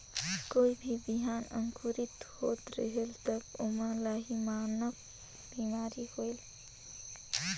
कोई भी बिहान अंकुरित होत रेहेल तब ओमा लाही नामक बिमारी होयल?